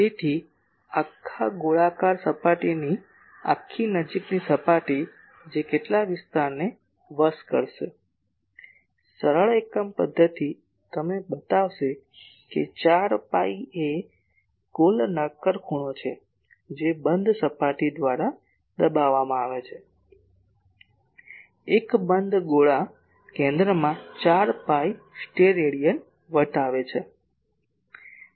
તેથી આખા ગોળાકાર સપાટીની આખી નજીકની સપાટી જે કેટલા વિસ્તારને વશ કરશે સરળ એકમ પદ્ધતિ તમને બતાવશે કે 4 પાઇ એ કુલ નક્કર ખૂણો છે જે બંધ સપાટી દ્વારા દબાવવામાં આવે છે એક બંધ ગોળા કેન્દ્રમાં 4 પાય સ્ટેરેડિયન વટાવે છે